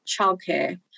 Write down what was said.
childcare